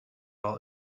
all